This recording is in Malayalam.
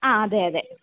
ആ അതെ അതെ അതെ